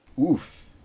Oof